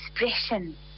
expression